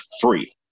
free